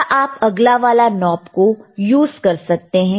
क्या आप अगला वाला नॉब को यूज कर सकते हैं